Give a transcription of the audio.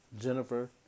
Jennifer